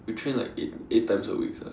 we train like eight eight times a week sia